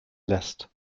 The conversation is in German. lässt